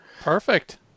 Perfect